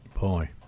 Boy